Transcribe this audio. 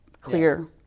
clear